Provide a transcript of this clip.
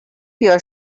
your